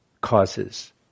causes